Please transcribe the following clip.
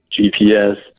GPS